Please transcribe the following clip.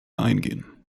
eingehen